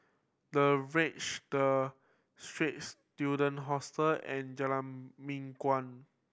The Verge The Straits Student Hostel and Jalan Mingguan